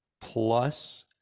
plus